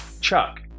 Chuck